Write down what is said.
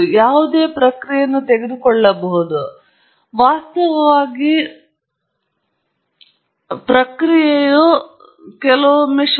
ನೀವು ಯಾವುದೇ ಪ್ರಕ್ರಿಯೆಯನ್ನು ತೆಗೆದುಕೊಳ್ಳಬಹುದು ಮತ್ತು ಅದನ್ನು ವಾಸ್ತವವಾಗಿ ಈ ವಾಸ್ತುಶಿಲ್ಪಕ್ಕೆ ಎಸೆಯಬಹುದು